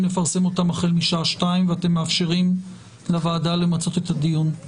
לפרסם אותן החל משעה 14:00 - ואתם מאפשרים לוועדה למצות את הדיון.